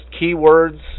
keywords